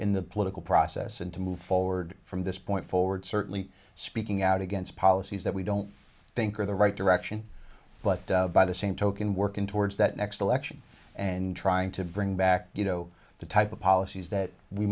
in the political process and to move forward from this point forward certainly speaking out against policies that we don't think are the right direction but by the same token working towards that next election and trying to bring back you know the type of policies that we